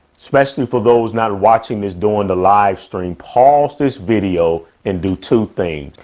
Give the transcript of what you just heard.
especially for those not watching this during the live stream. pause this video and do two things.